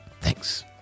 Thanks